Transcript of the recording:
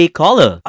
caller